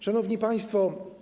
Szanowni Państwo!